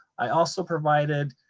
i also provided